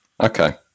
Okay